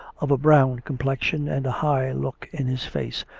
of a brown complexion and a high look in his face,